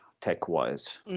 tech-wise